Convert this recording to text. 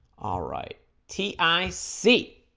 all right t i see